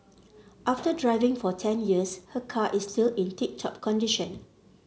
after driving for ten years her car is still in tip top condition